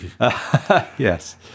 Yes